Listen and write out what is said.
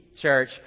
church